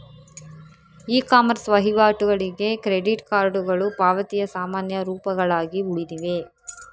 E commerce ವಹಿವಾಟುಗಳಿಗೆ credit ಕಾರ್ಡುಗಳು ಪಾವತಿಯ ಸಾಮಾನ್ಯ ರೂಪಗಳಾಗಿ ಉಳಿದಿವೆ